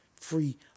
free